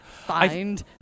find